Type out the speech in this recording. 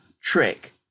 trick